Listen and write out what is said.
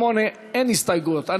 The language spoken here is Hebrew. אין הסתייגויות.